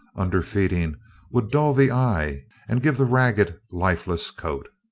underfeeding would dull the eye and give the ragged, lifeless coat.